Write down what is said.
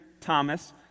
Thomas